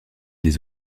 des